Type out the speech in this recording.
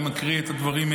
אני מקריא את הדברים,